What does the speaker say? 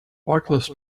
bicyclist